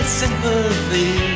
sympathy